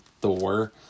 Thor